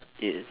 yes